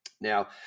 Now